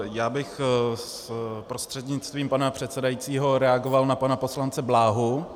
Já bych prostřednictvím pana předsedajícího reagoval na pana poslance Bláhu.